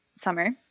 summer